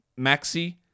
Maxi